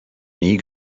nie